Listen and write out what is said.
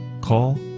call